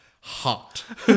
Hot